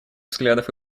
взглядов